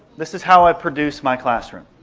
this is how i produce my classroom.